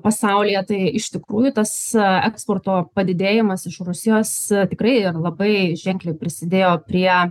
pasaulyje tai iš tikrųjų tas eksporto padidėjimas iš rusijos tikrai ir labai ženkliai prisidėjo prie